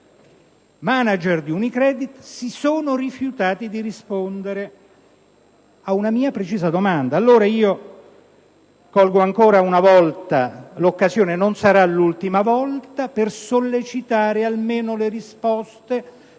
manager di Unicredit, si sono rifiutati di rispondere alla mia precisa domanda. Colgo allora ancora una volta l'occasione - non sarà l'ultima - per sollecitare almeno la risposta